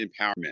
empowerment